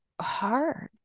hard